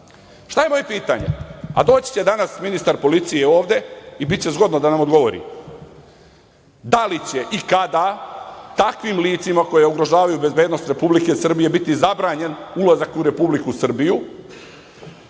je moje pitanje, a doći će danas ministar policije ovde i biće zgodno da nam odgovori, da li će i kada takvim licima koja ugrožavaju bezbednost Republike Srbije biti zabranjen ulazak u Republiku Srbiju?